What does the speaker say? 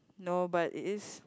no but it is